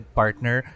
partner